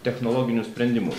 technologinius sprendimus